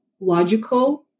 logical